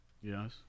Yes